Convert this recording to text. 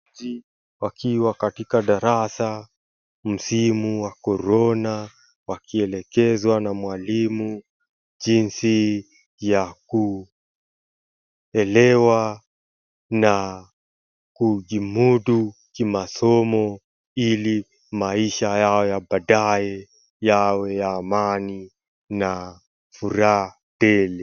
Wanafunzi wakiwa katika darasa msimu wa korona wakielekezwa na mwalimu jinsi ya kuelewa na kujimudu kimasomo ili maisha yawe ya baadaye yawe ya amani na furaha tele.